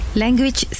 language